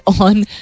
on